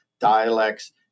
dialects